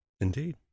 Indeed